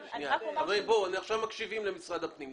חברים, אנחנו עכשיו מקשיבים למשרד הפנים.